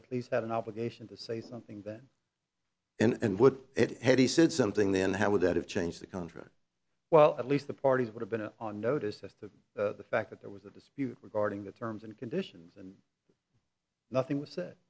at least had an obligation to say something bad and would it be said something then how would that have changed the contract well at least the parties would have been a on notice as to the fact that there was a dispute regarding the terms and conditions and nothing was said